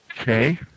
Okay